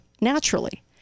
naturally